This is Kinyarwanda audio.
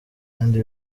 kandi